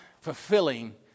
fulfilling